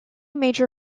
major